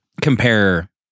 compare